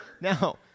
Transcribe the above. Now